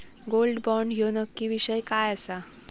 Gold bond ह्यो नक्की विषय काय आसा?